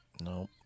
No